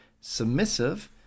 submissive